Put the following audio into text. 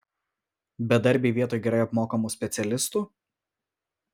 bedarbiai vietoj gerai apmokamų specialistų